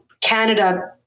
Canada